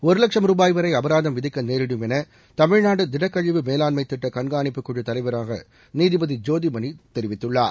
ஒரு லட்சம் ரூபாய் வரை அபராதம் விதிக்க நேரிடும் என தமிழ்நாடு திடக்கழிவு மேலாண்மை திட்ட கண்காணிப்புக்குழுத் தலைவராக நீதிபதி ஜோதிமணி தெரிவித்துள்ளார்